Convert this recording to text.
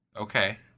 Okay